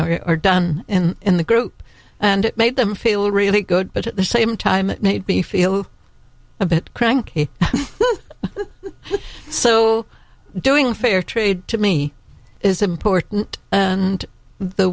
a or done in in the group and it made them feel really good but at the same time it made me feel a bit cranky so doing fair trade to me is important and the